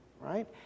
right